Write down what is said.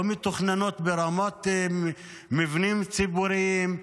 לא מתוכננות ברמת מבנים ציבוריים,